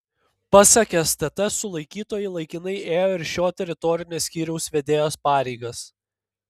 pasak stt sulaikytoji laikinai ėjo ir šio teritorinio skyriaus vedėjos pareigas